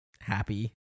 happy